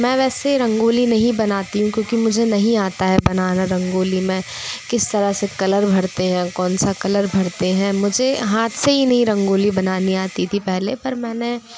मैं वैसे रंगोली नहीं बनाती हूँ क्योंकि मुझे नहीं आता है बनाना रंगोली में किस तरह से कलर भरते हैं कौन सा कलर भरते हैं मुझे हाथ से ही नहीं रंगोली बनानी आती थी पहले पर मैंने